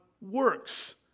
works